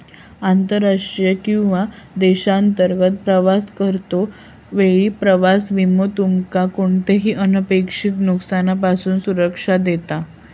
आंतरराष्ट्रीय किंवा देशांतर्गत प्रवास करतो वेळी प्रवास विमो तुमका कोणताही अनपेक्षित नुकसानापासून संरक्षण देता